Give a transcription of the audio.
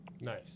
Nice